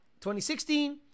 2016